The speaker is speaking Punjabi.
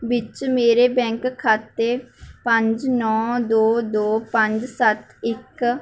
ਵਿੱਚ ਮੇਰੇ ਬੈਂਕ ਖਾਤੇ ਪੰਜ ਨੌਂ ਦੋ ਦੋ ਪੰਜ ਸੱਤ ਇੱਕ